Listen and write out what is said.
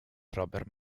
robert